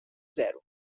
zero